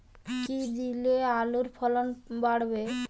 কী দিলে আলুর ফলন বাড়বে?